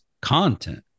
content